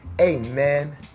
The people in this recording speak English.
Amen